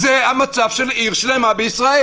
זה המצב של עיר שלמה בישראל.